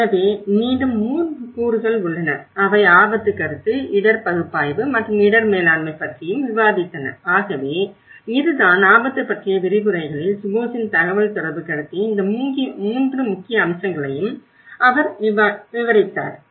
எனவே மீண்டும் 3 கூறுகள் உள்ளன அவை ஆபத்து கருத்து இடர் பகுப்பாய்வு மற்றும் இடர் மேலாண்மை பற்றியும் விவாதித்தன ஆகவே இதுதான் ஆபத்து பற்றிய விரிவுரைகளில் சுபோஸின் தகவல்தொடர்பு கருத்தின் இந்த 3 முக்கிய அம்சங்களையும் அவர் விவரித்தார்